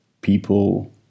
people